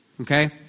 okay